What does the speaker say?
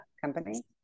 company